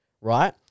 right